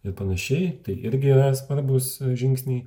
ir panašiai tai irgi yra svarbūs žingsniai